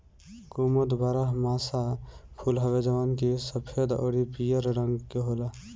कुमुद बारहमासा फूल हवे जवन की सफ़ेद अउरी पियर रंग के होला